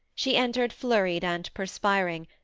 she entered flurried and perspiring,